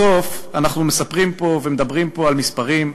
בסוף אנחנו מספרים פה ומדברים פה על מספרים,